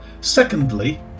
Secondly